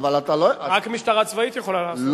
רק משטרה צבאית יכולה לעשות את זה.